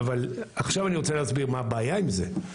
עכשיו אני רוצה להסביר מה הבעיה עם זה.